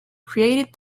created